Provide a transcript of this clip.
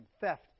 Theft